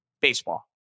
baseball